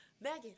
Megan